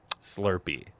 slurpee